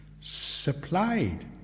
supplied